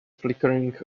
flickering